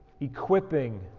equipping